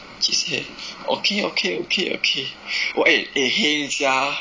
she say okay okay okay okay !wah! eh heng sia